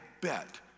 bet